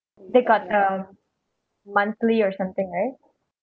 they got um monthly or something right